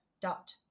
dot